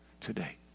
today